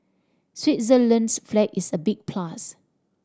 Switzerland's flag is a big plus